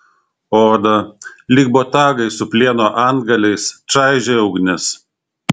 odą lyg botagai su plieno antgaliais čaižė ugnis